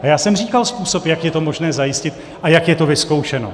A já jsem říkal způsob, jak je to možné zajistit a jak je to vyzkoušeno.